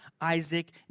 Isaac